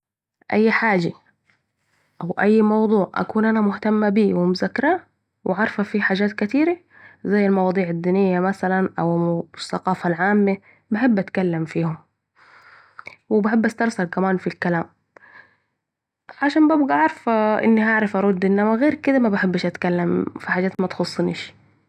اي حاجه اوي موضوع أكون أنا مهتمه بيه و مذكراه وعارفه فيه حجات كتير زي الموضوع الدينية مثلا او الثقافة العامة بحب اتكلم فيهم و بحب استرسل كمان في الكلام علشان ببقي عارفه أني هعرف أرد إنما غير كده مبحبش أتكلم في حجات متخصنيش